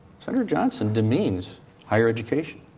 senator johnson demeans higher education.